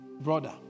brother